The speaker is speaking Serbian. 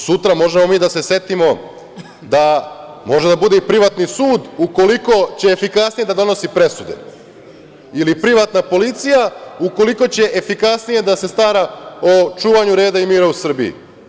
Sutra možemo mi da se setimo da može i privatni sud ukoliko će efikasnije da donosi presude ili privatna policija ukoliko će efikasnije da se stara o čuvanju reda i mira u Srbiji.